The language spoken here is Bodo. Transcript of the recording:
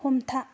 हमथा